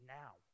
now